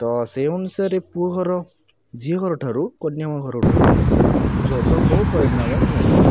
ତ ସେହି ଅନୁସାରେ ପୁଅ ଘର ଝିଅ ଘରଠାରୁ କନ୍ୟାଙ୍କ ଘରଠୁ ଯୌତୁକ ବହୁତ ପରିମାଣରେ ନିଅନ୍ତି